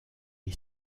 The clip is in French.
est